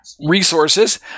resources